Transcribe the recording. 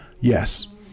yes